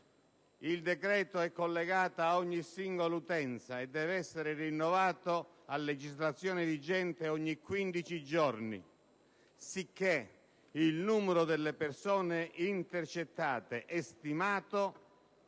Il decreto è collegato a ogni singola utenza e deve essere rinnovato, a legislazione vigente, ogni 15 giorni. Sicché il numero delle persone intercettate è stimato